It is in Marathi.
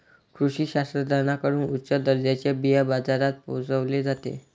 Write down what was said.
कृषी शास्त्रज्ञांकडून उच्च दर्जाचे बिया बाजारात पोहोचवले जाते